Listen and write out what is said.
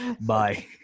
Bye